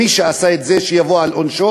מי שעשה את זה שיבוא על עונשו,